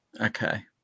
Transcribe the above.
Okay